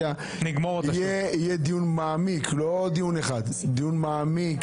יהיה דיון מעמיק לא דיון אחד דיון מעמיק.